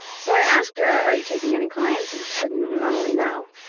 so i asked her are you taking any clients? and she said and normally, no.